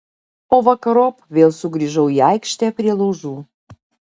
o vakarop vėl sugrįžau į aikštę prie laužų